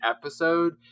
episode